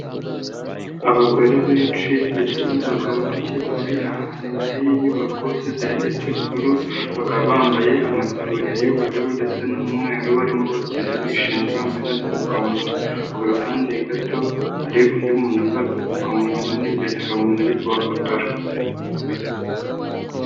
Abagore benshi ndetse n'abagabo bake bari ahantu imbere y'inyubako isize irangi ry'ubururu, bakaba bambaye amataburiya y'ubururu ndetse n'umweru, barimo babyina bishimye bambaye n'udupfukamunwa, ku ruhande gato hari undi muntu wambaye agapfukamunwa n'imbere hari umuntu uri kubafotora.